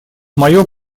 мое